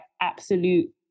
absolute